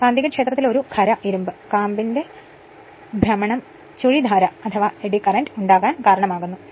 കാന്തികക്ഷേത്രത്തിൽ ഒരു ഖര ഇരുമ്പ് കാമ്പിന്റെ ഭ്രമണം ചുഴി ധാര ഉണ്ടാകാൻ കാരണമാകുന്നു